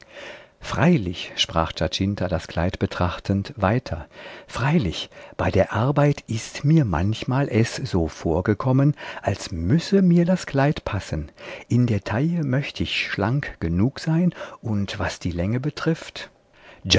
freilich sprach giacinta das kleid betrachtend weiter freilich bei der arbeit ist mir manchmal es so vorgekommen als müsse mir das kleid passen in der taille möcht ich schlank genug sein und was die länge betrifft